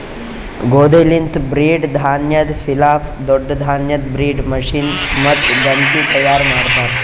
ಗೋದಿ ಲಿಂತ್ ಬ್ರೀಡ್, ಧಾನ್ಯದ್ ಪಿಲಾಫ್, ದೊಡ್ಡ ಧಾನ್ಯದ್ ಬ್ರೀಡ್, ಮಫಿನ್, ಮತ್ತ ಗಂಜಿ ತೈಯಾರ್ ಮಾಡ್ತಾರ್